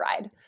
ride